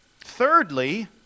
Thirdly